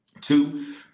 two